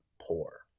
poor